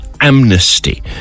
amnesty